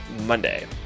monday